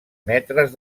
metres